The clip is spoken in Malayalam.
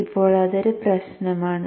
ഇപ്പോൾ അതൊരു പ്രശ്നമാണ്